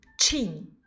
Chin